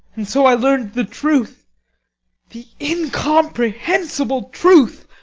and so i learned the truth the incomprehensible truth!